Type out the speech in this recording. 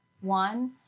One